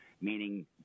meaning